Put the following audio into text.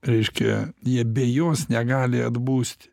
reiškia jie be jos negali atbusti